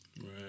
Right